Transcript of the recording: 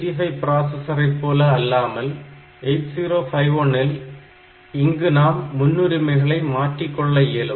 8085 processor ஐ போல அல்லாமல் 8051 ல் இங்கு நாம் முன்னுரிமைகளை மாற்றிக்கொள்ள இயலும்